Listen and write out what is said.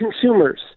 consumers